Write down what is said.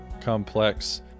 complex